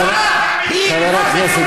התוצאה היא מוות נורא.